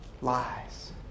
lies